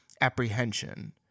apprehension